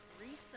recent